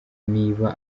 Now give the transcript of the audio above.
niba